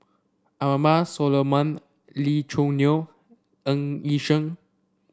Abraham Solomon Lee Choo Neo Ng Yi Sheng